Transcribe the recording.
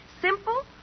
simple